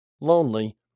lonely